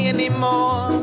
anymore